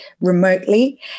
remotely